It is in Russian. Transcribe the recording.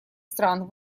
стран